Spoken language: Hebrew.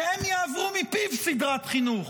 שהם יעברו מפיו סדרת חינוך.